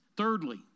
Thirdly